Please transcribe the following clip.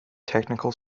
technical